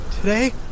Today